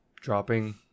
dropping